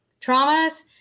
traumas